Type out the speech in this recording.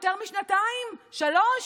יותר משנתיים, שלוש.